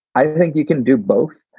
i think you can do both.